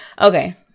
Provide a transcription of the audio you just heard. Okay